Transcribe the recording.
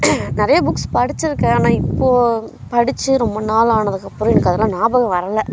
நிறையா புக்ஸ் படித்திருக்கேன் ஆனால் இப்போது படித்து ரொம்ப நாள் ஆனதுக்கு அப்புறம் எனக்கு அதெல்லாம் ஞாபகம் வரலை